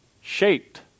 shaped